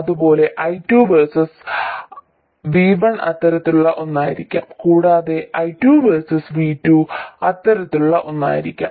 അതുപോലെ I2 versus V1 അത്തരത്തിലുള്ള ഒന്നായിരിക്കാം കൂടാതെ I2 വേഴ്സസ് V2 അത്തരത്തിലുള്ള ഒന്നായിരിക്കാം